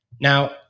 Now